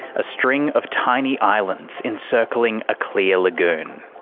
a string of tiny islands, encircling a clear lagoon.